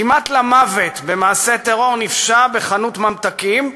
כמעט למוות, במעשה טרור נפשע בחנות ממתקים,